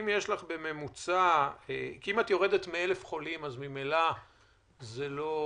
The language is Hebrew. אם את יורדת מ-1,000 חולים, ממילא זה לא